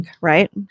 right